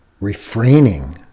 refraining